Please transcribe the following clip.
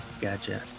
Gotcha